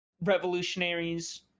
revolutionaries